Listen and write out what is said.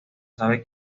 sabe